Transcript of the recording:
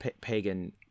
pagan